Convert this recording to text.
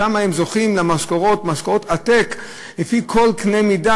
שם הם זוכים למשכורות עתק לפי כל קנה מידה,